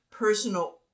personal